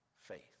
faith